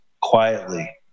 quietly